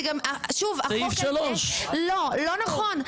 זה גם, שוב, החוק הזה --- סעיף 3. לא, לא נכון.